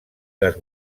les